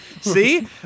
see